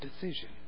decision